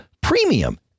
premium